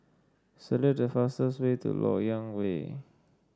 select the fastest way to LoK Yang Way